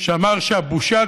שאמר שהבושה,